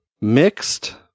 Mixed